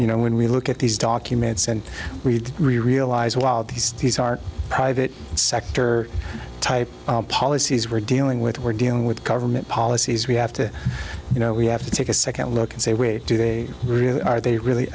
you know when we look at these documents and we realize while these these are private sector type policies were dealing with we're dealing with government policies we have to you know we have to take a second look and say where do they really are they really